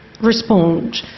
respond